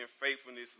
faithfulness